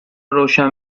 روشن